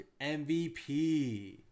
MVP